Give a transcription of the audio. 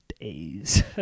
days